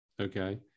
okay